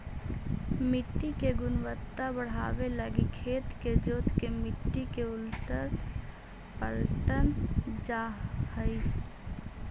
मट्टी के गुणवत्ता बढ़ाबे लागी खेत के जोत के मट्टी के उलटल पलटल जा हई